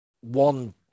one